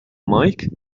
مايك